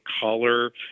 color